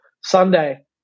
Sunday